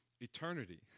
eternity